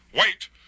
Wait